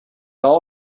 all